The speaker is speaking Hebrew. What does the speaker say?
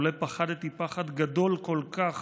"אילולא פחדתי פחד גדול כל כך